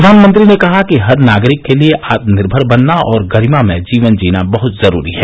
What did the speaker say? प्रधानमंत्री ने कहा कि हर नागरिक के लिए आत्म निर्भर बनना और गरिमामय जीवन जीना बहत जरूरी है